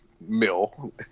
mill